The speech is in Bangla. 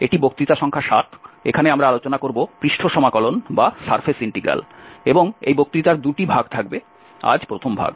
এটি বক্তৃতা সংখ্যা 7 এখানে আমরা আলোচনা করব পৃষ্ঠ সমাকলন এবং এই বক্তৃতার দুটি ভাগ থাকবে আজ প্রথম ভাগ